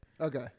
Okay